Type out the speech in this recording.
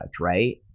right